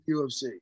UFC